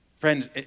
Friends